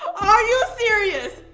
are you serious!